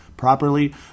Properly